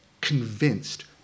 convinced